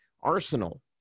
arsenal